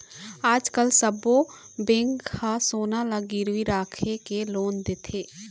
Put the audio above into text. आजकाल सब्बो बेंक ह सोना ल गिरवी राखके लोन देथे